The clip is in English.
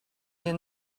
you